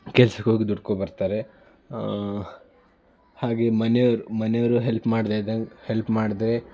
ಕೆಲ್ಸಕ್ಕೆ ಹೋಗಿ ದುಡ್ಕೋ ಬರ್ತಾರೆ ಹಾಗೇ ಮನೇವ್ರು ಮನೆಯವ್ರು ಹೆಲ್ಪ್ ಮಾಡದೇ ಇದ್ದಂಗೆ ಹೆಲ್ಪ್ ಮಾಡಿದ್ರೆ